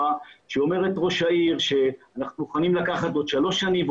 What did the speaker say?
שאמרה ראשת העיר שמוכנים לקחת עוד שלוש שנים,